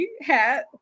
hat